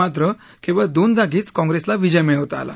मात्र केवळ दोन जागीच काँप्रेसला विजय मिळवता आला